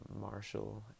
Marshall